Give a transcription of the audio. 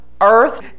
earth